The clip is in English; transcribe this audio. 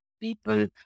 people